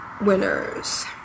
winners